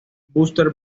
buster